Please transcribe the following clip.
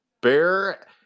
Bear